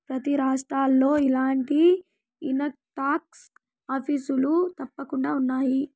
ప్రతి రాష్ట్రంలో ఇలాంటి ఇన్కంటాక్స్ ఆఫీసులు తప్పకుండా ఉన్నాయి